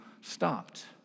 stopped